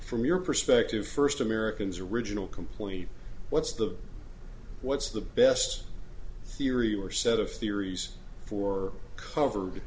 from your perspective first americans original complete what's the what's the best theory or set of theories for cover